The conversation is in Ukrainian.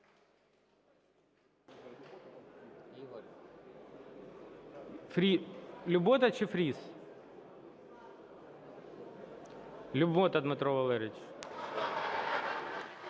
Любота чи Фріс? Любота Дмитро Валерійович.